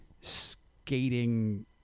skating